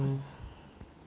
no work ah